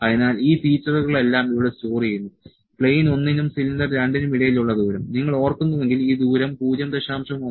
അതിനാൽ ഈ ഫീച്ചറുകളെല്ലാം ഇവിടെ സ്റ്റോർ ചെയ്യുന്നു പ്ലെയിൻ 1 നും സിലിണ്ടർ 2 നും ഇടയിലുള്ള ദൂരം നിങ്ങൾ ഓർക്കുന്നുവെങ്കിൽ ഈ ദൂരം 0